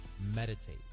meditate